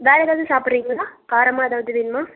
வேறு எதாவது சாப்புடுறீங்களா காரமாக எதாவது வேணுமா